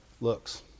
looks